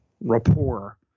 rapport